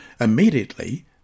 Immediately